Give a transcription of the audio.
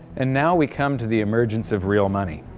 and now we come to the emergence of real money.